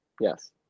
Yes